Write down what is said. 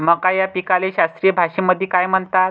मका या पिकाले शास्त्रीय भाषेमंदी काय म्हणतात?